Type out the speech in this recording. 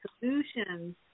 solutions